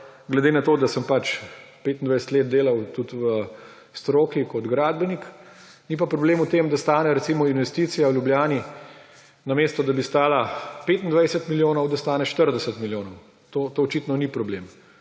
glede na to, da sem pač 25 let delal v stroki kot gradbenih, ni pa problem v tem, da stane, recimo, investicija v Ljubljani namesto da bi stala 25 milijonov, da stane 40 milijonov. To očitno ni problem.